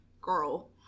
girl